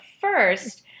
first